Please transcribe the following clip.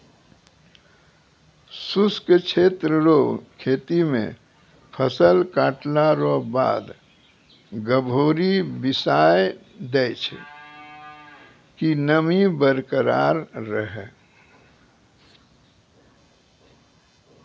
शुष्क क्षेत्र रो खेती मे फसल काटला रो बाद गभोरी बिसाय दैय छै कि नमी बरकरार रहै